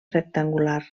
rectangular